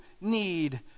need